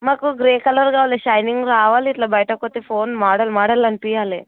మాకు grey colour కావాలి shining రావాలి ఇలా బయటకు వెళ్తే ఫోన్ మోడల్ మోడల్ అనిపించాలి